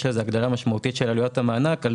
יש לזה הגדרה משמעויות של עלויות המענק על